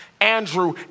Andrew